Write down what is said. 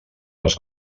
les